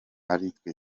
aritwe